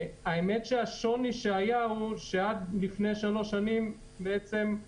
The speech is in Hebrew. השוני הוא שעד לפני שלוש שנים לא